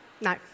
No